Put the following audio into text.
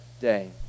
day